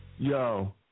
Yo